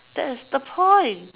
that's the point